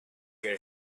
hear